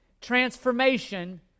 transformation